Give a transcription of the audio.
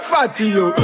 Fatio